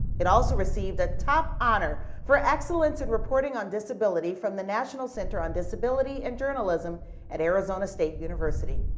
it also received a top honor for excellence in reporting on disability from the national center on disability and journalism at arizona state university.